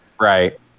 right